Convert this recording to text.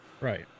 Right